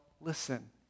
listen